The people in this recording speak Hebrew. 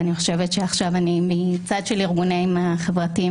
אני למעשה עכשיו עברתי מהצד של הארגונים החברתיים,